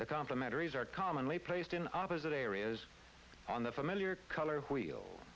the complimentary as are commonly placed in opposite areas on the familiar color wheel